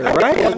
right